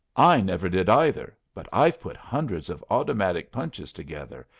i never did, either, but i've put hundreds of automatic punches together,